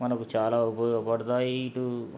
మనకు చాలా ఉపయోగపడతాయి ఇటు